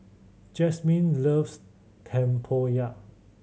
Jasmine loves tempoyak